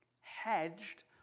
hedged